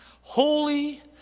holy